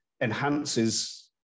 enhances